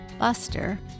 Buster